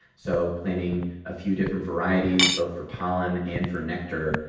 so planting a few different varieties, both for pollen and for nectar,